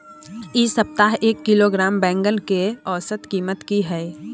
इ सप्ताह एक किलोग्राम बैंगन के औसत कीमत की हय?